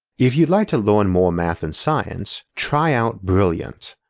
if you'd like to learn more math and science, try out brilliant.